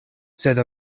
sed